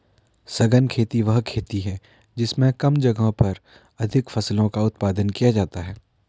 सघन खेती वह खेती है जिसमें कम जगह पर अधिक फसलों का उत्पादन किया जाता है